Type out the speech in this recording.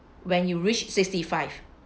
when you reach sixty five